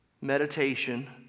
meditation